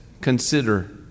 consider